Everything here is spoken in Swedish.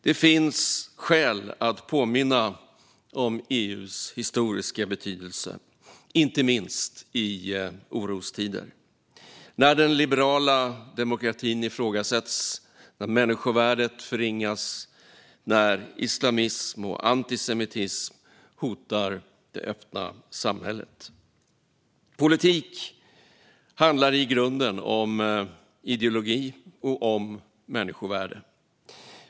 Det finns skäl att påminna om EU:s historiska betydelse, inte minst i orostider när den liberala demokratin ifrågasätts, när människovärdet förringas och när islamism och antisemitism hotar det öppna samhället. Politik handlar i grunden om ideologi och om människovärde.